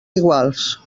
iguals